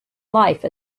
life